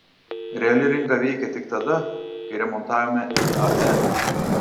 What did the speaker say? reali rinka veikė tik tada kai remontavome iae